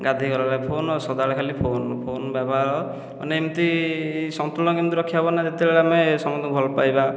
ଗାଧୋଇ ଗଲା ବେଳେ ଫୋନ ସଦାବେଳେ ଖାଲି ଫୋନ ଫୋନ ବ୍ୟବହାର ମାନେ ଏମିତି ସନ୍ତୁଳନ କେମିତି ରଖିହେବ ନା ଯେତେବେଳେ ଆମେ ସମସ୍ତଙ୍କୁ ଭଲ ପାଇବା